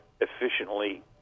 efficiently